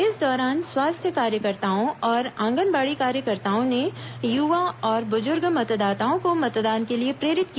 इस दौरान स्वास्थ्य कार्यकर्ताओं और आंगनबाड़ी कार्यकर्ताओं ने युवा और बुजुर्ग मतदाताओं को मतदान के लिए प्रेरित किया